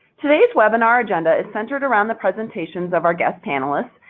today's webinar agenda is centered around the presentations of our guest panelists,